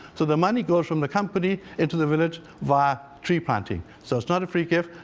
so the money goes from the company into the village via tree planting. so it's not a free gift,